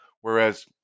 Whereas